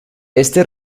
este